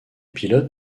pilotes